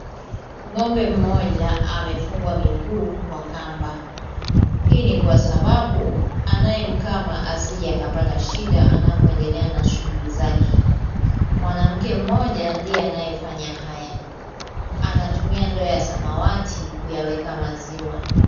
Ng'ombe mmoja amefungwa miguu kwa kwamba. Hii ni kwa sababu anayemkama asije akapata shida anapoendelea na shughuli zake. Mwanamke mmoja ndiye anayeyafanya haya. Anatumia ndoo ya samawati kuyaweka maziwa.